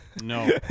No